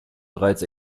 bereits